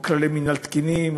או לכללי מינהל תקינים,